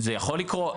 זה יכול לקרות.